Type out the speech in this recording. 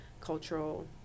cultural